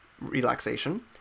relaxation